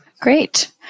Great